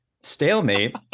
stalemate